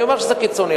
אני אומר שזה קיצוני,